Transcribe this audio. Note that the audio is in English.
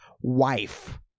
wife